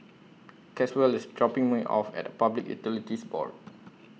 Caswell IS dropping Me off At Public Utilities Board